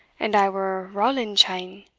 and i were roland cheyne?